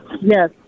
yes